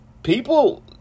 People